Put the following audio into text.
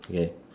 mm okay